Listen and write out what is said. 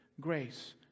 grace